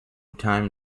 time